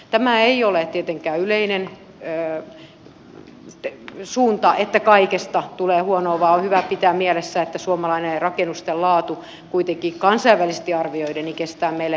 tämä ei ole tietenkään yleinen suunta että kaikesta tulee huonoa vaan on hyvä pitää mielessä että suomalaisten rakennusten laatu kuitenkin kansainvälisesti arvioiden kestää vertailun